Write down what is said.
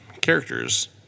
Characters